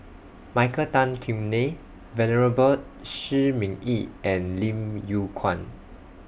Michael Tan Kim Nei Venerable Shi Ming Yi and Lim Yew Kuan